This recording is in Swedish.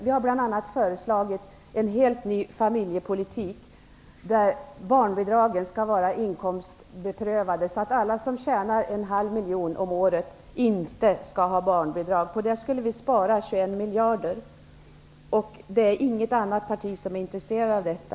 Vi har bl.a. föreslagit en helt ny familjepolitik, där barnbidragen skall vara inkomstprövade, så att alla som tjänar en halv miljon kronor om året inte skall ha barnbidrag. Genom detta skulle vi spara 21 miljarder. Men det är inget annat parti som är intresserad av detta.